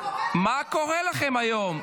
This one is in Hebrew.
קורה טרור --- מה קורה לכם היום?